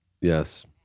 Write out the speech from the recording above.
Yes